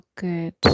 good